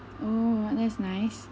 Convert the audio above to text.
oh that's nice